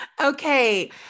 Okay